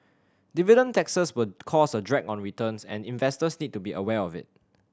dividend taxes will cause a drag on returns and investors need to be aware of it